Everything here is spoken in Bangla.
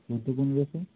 চোদ্দো পনেরোশো